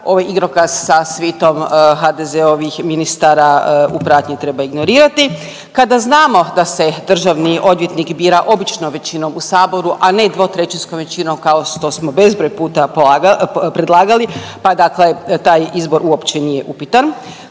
ovaj igrokaz sa svitom HDZ-ovih ministara u pratnji treba ignorirati, kada znamo da se državni odvjetnik bira običnom većinom u saboru, a ne 2/3 većinom kao što smo bezbroj puta polag… predlagali pa dakle taj izbor uopće nije upitan,